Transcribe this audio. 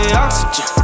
oxygen